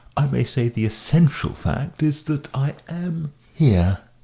i may say the essential, fact is that i am here.